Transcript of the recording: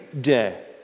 day